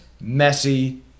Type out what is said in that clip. messy